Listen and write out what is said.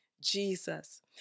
Jesus